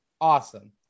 Awesome